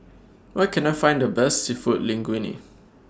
Where Can I Find The Best Seafood Linguine